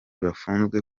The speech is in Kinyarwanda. bafunzwe